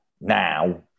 now